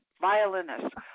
violinist